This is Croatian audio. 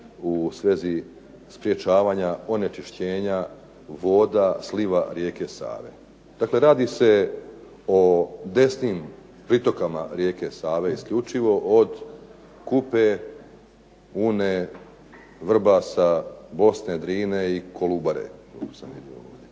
u svezi sprječavanja onečišćenja voda sliva rijeke Save. Dakle, radi se o desnim pritokama rijeke Save isključivo od Kupe, Une, Vrbasa, Bosne, Drine i Kolubare,